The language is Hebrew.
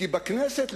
כי בכנסת,